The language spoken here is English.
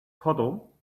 poodle